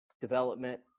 development